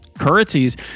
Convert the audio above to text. currencies